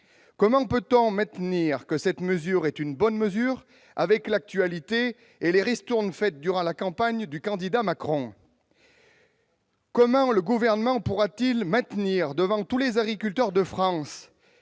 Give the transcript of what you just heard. Comment peut-on maintenir que cette mesure est une bonne mesure, compte tenu de l'actualité et des ristournes accordées durant la campagne du candidat Macron ? Comment le Gouvernement pourra-t-il maintenir devant tous les agriculteurs de France